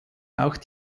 auch